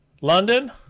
London